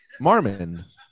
Marmon